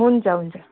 हुन्छ हुन्छ